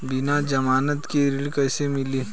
बिना जमानत के ऋण कैसे मिली?